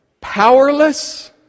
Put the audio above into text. powerless